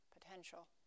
potential